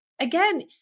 again